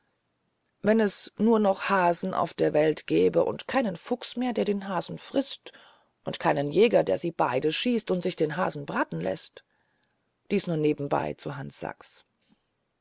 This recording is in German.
wenn es nur noch hasen auf der welt gäbe und keinen fuchs mehr der den hasen frißt und keinen jäger der sie beide schießt und sich den hasen braten läßt dies nur nebenbei zu hans sachs